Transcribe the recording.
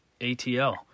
ATL